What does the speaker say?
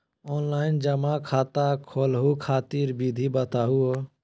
Online जमा खाता खोलहु खातिर विधि बताहु हो?